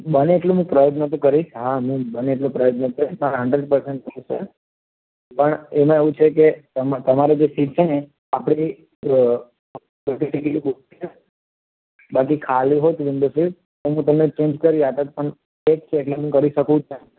બને એટલું પ્રયત્ન તો હું કરીશ હા હું બને એટલું પણ એમાં એવું છે કે તમારી જે સીટ છે ને આપણે કઈ બાકી ખાલી હોત ને નંબર સીટ હું તમને ચેંજ કરી આપત પણ એ જ છે કે હું કરી શકું ને